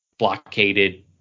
blockaded